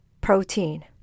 protein